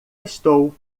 estou